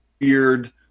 weird